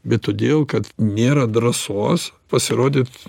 bet todėl kad nėra drąsos pasirodyt